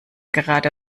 gerade